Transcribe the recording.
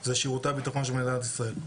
זה שירותי הביטחון של מדינת ישראל.